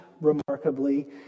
remarkably